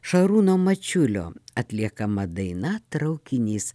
šarūno mačiulio atliekama daina traukinys